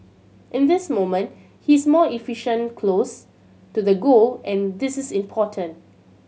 in this moment he is more efficient close to the goal and this is important